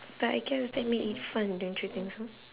but I guess that make it fun don't you think so